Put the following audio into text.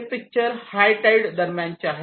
हे picture high tide दरम्यानचे आहेत